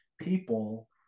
people